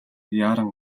яаран